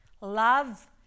Love